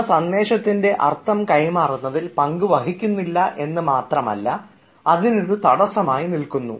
ഇവ സന്ദേശത്തിൻറെ അർത്ഥം കൈമാറുന്നതിൽ പങ്കുവഹിക്കുന്നില്ല എന്ന് മാത്രമല്ല അതിന് ഒരു തടസ്സമായി നിൽക്കുന്നു